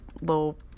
little